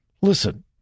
Listen